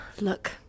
look